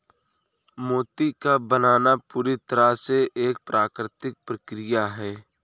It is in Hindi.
मोती का बनना पूरी तरह से एक प्राकृतिक प्रकिया है